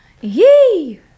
Yee